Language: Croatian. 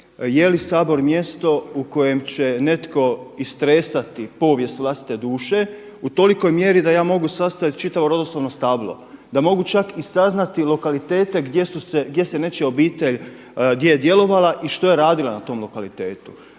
je li Sabor mjesto u kojem će netko istresati povijest vlastite duše u tolikoj mjeri da je mogu sastaviti čitavo rodoslovno stablo, da mogu čak i saznati lokalitete gdje se nečija obitelj gdje je djelovala i što je radila na tom lokalitetu.